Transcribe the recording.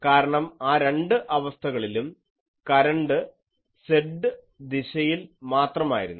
കാരണം ആ രണ്ട് അവസ്ഥകളിലും കരണ്ട് Z ദിശയിൽ മാത്രമായിരുന്നു